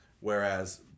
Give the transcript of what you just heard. whereas